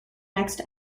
next